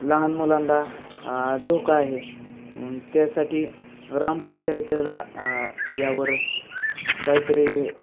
लहान मुलांना धोका आहे त्यासाठी ग्रामपंचायतीला यावर काहीतरी